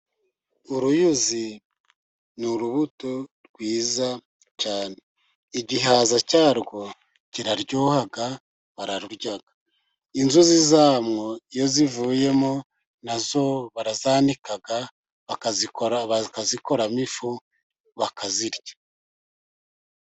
Uruyuzi ni urubuto rwiza cyane, igihaza cyarwo kiraryoha bararurya, inzuzi zarwo iyo zivuyemo nazo barazanika, bakazikora bakazikoramo ifu bakazirya.